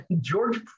George